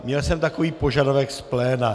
Měl jsem takový požadavek z pléna.